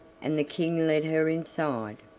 and the king led her inside.